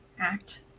act